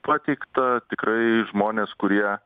pateikta tikrai žmonės kurie